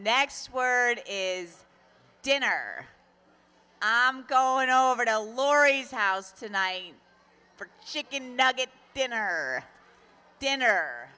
next word is dinner i'm going over to lori's house tonight for chicken nugget dinner dinner